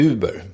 Uber